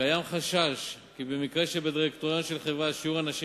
קיים חשש כי במקרה שבדירקטוריון של חברה ששיעור הנשים